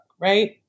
right